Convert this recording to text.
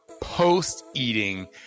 post-eating